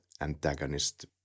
antagonist